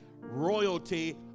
royalty